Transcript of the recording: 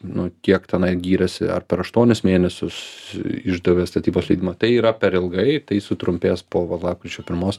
nu kiek tenai gyrėsi ar per aštuonis mėnesius išdavė statybos leidimą tai yra per ilgai tai sutrumpės po va lapkričio pirmos